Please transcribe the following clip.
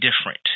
different